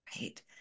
right